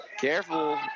Careful